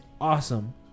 awesome